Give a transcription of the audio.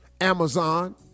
Amazon